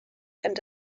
and